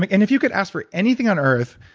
like and if you could ask for anything on earth,